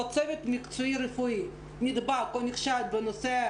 או צוות מקצועי רפואי נדבק או נכשל בנושא,